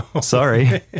Sorry